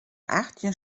achttjin